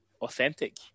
authentic